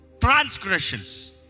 Transgressions